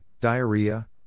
diarrhea